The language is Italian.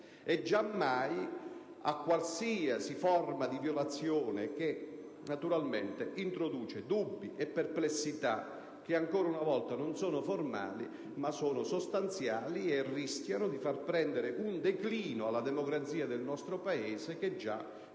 e giammai a qualsiasi forma di violazione che naturalmente introduce dubbi e perplessità, ancora una volta non formali ma sostanziali, che rischiano di far prendere un declino alla democrazia del nostro Paese, la quale ha già qualche problema